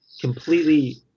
completely